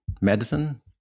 medicine